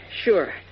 Sure